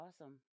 awesome